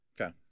Okay